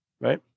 right